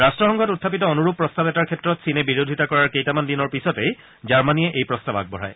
ৰাট্টসংঘত উখাপিত অনুৰূপ প্ৰস্তাৱ এটাৰ ক্ষেত্ৰত চীনে বিৰোধিতা কৰাৰ কেইটামান দিনৰ পিছতেই জাৰ্মনীয়ে এই প্ৰস্তাৱ আগবঢ়ায়